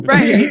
Right